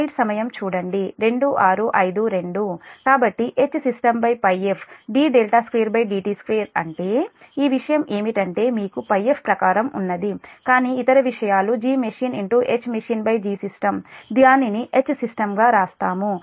కాబట్టి HsystemΠf d2dt2 అంటే ఈ విషయం ఏమిటంటే మీకు πf ప్రకారం ఉన్నది కానీ ఇతర విషయాలుGmachine HmachineGsystem దానిని Hsystem గా రాస్తాము